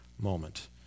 moment